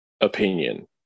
opinion